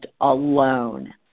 alone